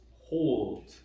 hold